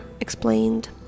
Explained